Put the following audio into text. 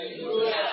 Hallelujah